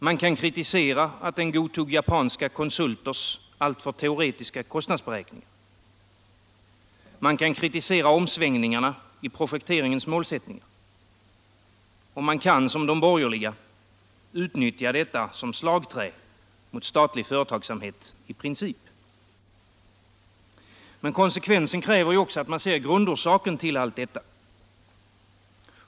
Man kan kritisera att den godtog japanska konsulters alltför teoretiska kostnadsberäkningar. Man kan kritisera omsvängningarna i projekteringens målsättningar. Och man kan, som de borgerliga, utnyttja detta som slagträ mot statlig företagsamhet i princip. Men konsekvensen kräver att man ser grundorsaken till allt detta.